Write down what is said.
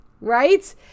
right